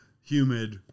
humid